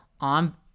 on